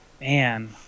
Man